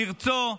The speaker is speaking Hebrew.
מרצו,